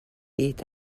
est